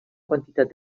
quantitat